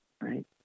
right